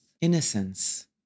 innocence